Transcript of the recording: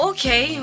Okay